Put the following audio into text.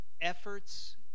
Efforts